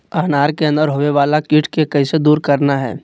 अनार के अंदर होवे वाला कीट के कैसे दूर करना है?